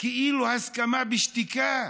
כאילו הסכמה בשתיקה.